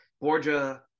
Borgia